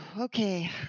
Okay